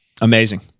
Amazing